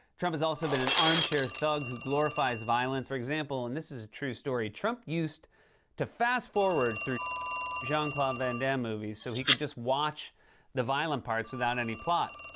trump has also been an armchair thug who glorifies violence. for example, and this is a true story, trump used to fast-forward through jean-claude van damme movies so he could just watch the violent parts without any plot.